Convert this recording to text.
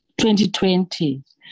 2020